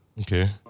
Okay